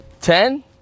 Ten